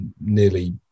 nearly